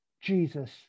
jesus